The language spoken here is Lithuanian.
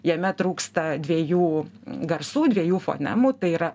jame trūksta dviejų garsų dviejų fonemų tai yra